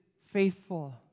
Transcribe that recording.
faithful